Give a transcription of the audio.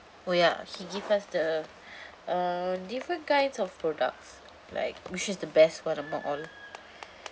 oh ya he give us the uh different kinds of products like which is the best one among all